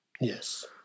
Yes